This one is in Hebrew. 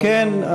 כן,